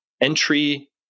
entry